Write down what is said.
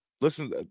Listen